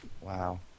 Wow